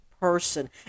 person